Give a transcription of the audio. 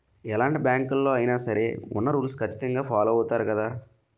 ఎలాంటి బ్యాంకులలో అయినా సరే ఉన్న రూల్స్ ఖచ్చితంగా ఫాలో అవుతారు గదా